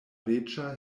reĝa